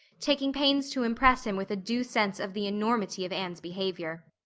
taking pains to impress him with a due sense of the enormity of anne's behavior.